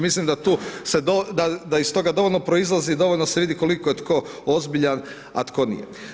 Mislim da tu iz toga dovoljno proizlazi i dovoljno se vidi koliko je tko ozbiljan a tko nije.